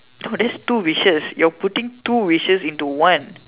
no that's two wishes you're putting two wishes into one